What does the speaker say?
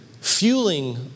fueling